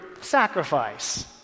sacrifice